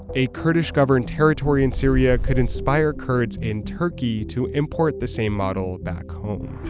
a kurdish-governed territory in syria could inspire kurds in turkey to import the same model back home.